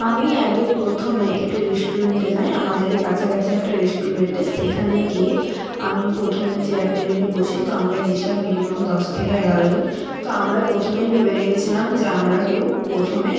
আমি আগে প্রথমে একটি রেস্টুরেন্টে যাই আমাদের এই কাছাকাছি একটা রেস্টুরেন্টে সেখানে গিয়ে আমি প্রথমে চেয়ার টেবিলে বসি তো আমরা গেছিলাম মিনিমাম দশ থেকে এগারো জন তো আমরাই প্রথমেই ভেবে রেখেছিলাম যে আমরা কেউ প্রথমে